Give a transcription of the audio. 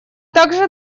также